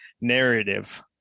narrative